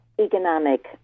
economic